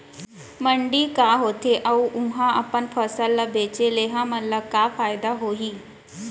मंडी का होथे अऊ उहा अपन फसल ला बेचे ले हमन ला का फायदा होही?